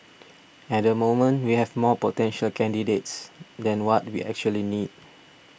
at the moment we have more potential candidates than what we actually need